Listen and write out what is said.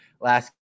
last